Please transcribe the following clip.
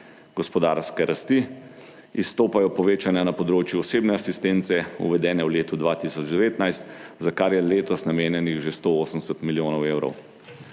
gospodarske rasti. Izstopajo povečanja na področju osebne asistence uvedene v letu 2019, za kar je letos namenjenih že 180 milijonov evrov.